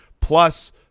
plus